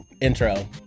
intro